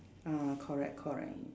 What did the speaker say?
ah correct correct